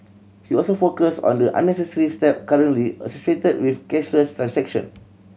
he also focused on the unnecessary step currently associated with cashless transaction